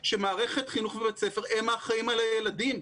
שמערכת חינוך ובית ספר הם האחראים על הילדים.